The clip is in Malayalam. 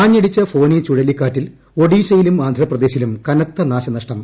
ആഞ്ഞടിച്ച ഫോനി പുഴലിക്കാറ്റിൽ ഒഡീഷയിലും ആന്ധ്രപ്രദേശിലുട് കുന്ത്തനാശനഷ്ടം